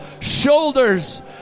Shoulders